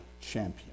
champion